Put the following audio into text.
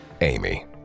Amy